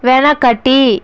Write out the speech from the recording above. వెనకటి